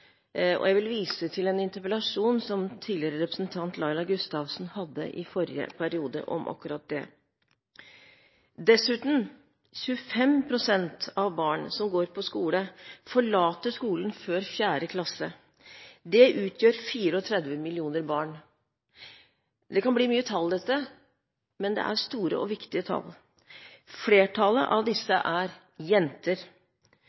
Jeg vil vise til en interpellasjon som tidligere representant Laila Gustavsen hadde i forrige periode om akkurat det. Dessuten: 25 pst. av barn som går på skole, forlater skolen før 4. klasse. Det utgjør 34 millioner barn. Dette kan bli mye tall, men det er store og viktige tall. Flertallet av